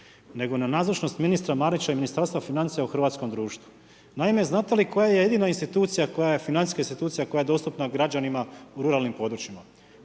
nego na nazočnost ministra Marića i Ministarstva financija u hrvatskom društvu. Naime, znate li koja je jedina institucija koja je financijska institucija koja je dostupna građanima u ruralnim područjima?